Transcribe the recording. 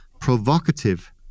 provocative